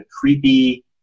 creepy